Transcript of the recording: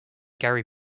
gary